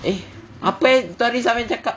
eh apa eh itu hari safian cakap